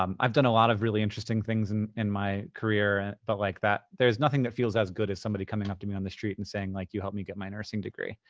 um i've done a lot of really interesting things and in my career, and but like, that, there's nothing that feels as good as somebody coming up to me on the street and saying, like, you helped me get my nursing degree.